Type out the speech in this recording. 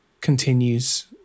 continues